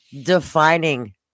Defining